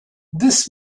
this